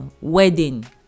wedding